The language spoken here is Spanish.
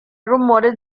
rumores